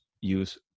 use